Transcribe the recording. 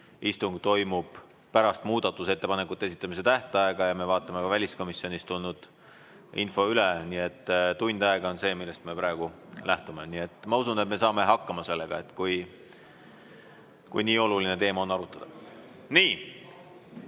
istung toimub pärast muudatusettepanekute esitamise tähtaega ja me vaatame ka väliskomisjonist tulnud info üle. Nii et tund aega on see, millest me praegu lähtume. Ma usun, et me saame sellega hakkama, kui nii oluline teema on arutada. Jaa,